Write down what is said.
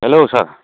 hello sir